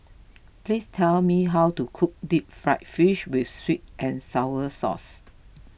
please tell me how to cook Deep Fried Fish with Sweet and Sour Sauce